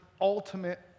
ultimate